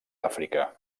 àfrica